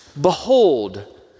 behold